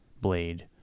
blade